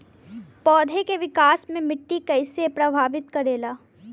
पौधा के विकास मे मिट्टी कइसे प्रभावित करेला?